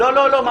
זה